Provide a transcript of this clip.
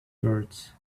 words